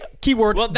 Keyword